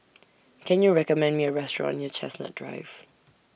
Can YOU recommend Me A Restaurant near Chestnut Drive